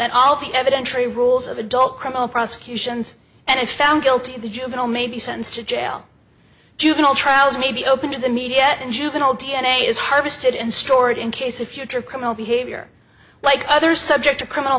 and all the evidentiary rules of adult criminal prosecutions and if found guilty the juvenile may be sentenced to jail juvenile trials may be open to the media and juvenile d n a is harvested and stored in case of future criminal behavior like other subject to criminal